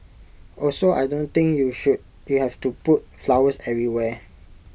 also I don't think you should you have to put flowers everywhere